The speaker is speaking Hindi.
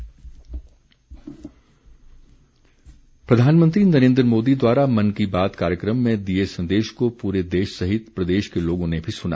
भारद्वाज प्रधानमंत्री नरेन्द्र मोदी द्वारा मन की बात कार्यक्रम में दिए संदेश को पूरे देश सहित प्रदेश के लोगों ने भी सुना